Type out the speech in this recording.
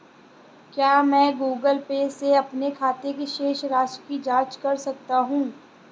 क्या मैं Google Pay से अपने खाते की शेष राशि की जाँच कर सकता हूँ?